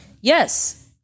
Yes